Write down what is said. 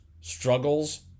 struggles